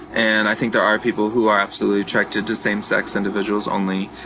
and i think there are people who are absolutely attracted to same-sex individuals only.